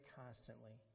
constantly